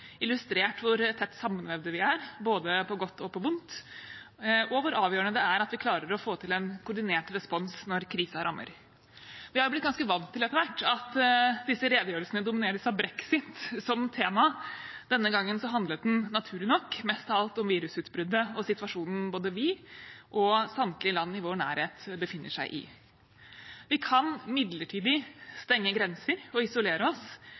illustrert hvor tett sammenvevd vi er, på både godt og vondt, og hvor avgjørende det er at vi klarer å få til en koordinert respons når krisen rammer. Vi har etter hvert blitt ganske vant til at disse redegjørelsene domineres av brexit som tema, men denne gangen handlet den naturlig nok mest av alt om virusutbruddet og situasjonen både vi og samtlige land i vår nærhet befinner oss i. Vi kan midlertidig stenge grenser og isolere oss,